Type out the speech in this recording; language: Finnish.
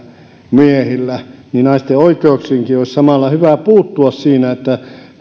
miehillä ja naisten oikeuksiinkin olisi samalla hyvä puuttua siinä että